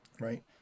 right